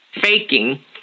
faking